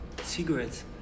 cigarettes